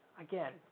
Again